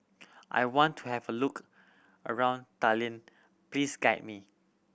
I want to have a look around Tallinn please guide me